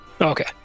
Okay